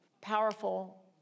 Powerful